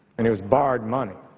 and it was borrowed money,